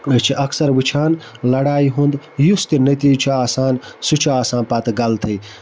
أسۍ چھِ اَکثَر وٕچھان لَڑایہِ ہُنٛد یُس تہِ نٔتیٖجہٕ چھُ آسان سُہ چھُ آسان پَتہٕ غلطٕے